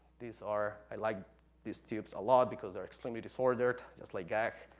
these are, i like these tubes a lot, because they're extremely disordered, just like gag.